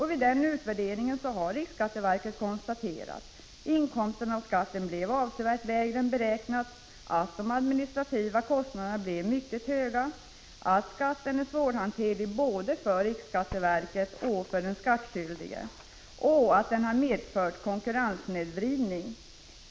Vid denna har riksskatteverket konstaterat att inkomsterna av skatten blev avsevärt lägre än beräknat, att de administrativa kostnaderna blev mycket höga, att skatten är svårhanterlig, både för RSV och för den skattskyldige, samt att den har medfört konkurrenssnedvridning.